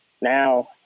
now